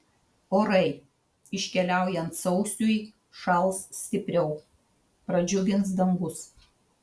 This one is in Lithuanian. orai iškeliaujant sausiui šals stipriau pradžiugins dangus